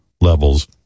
levels